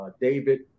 David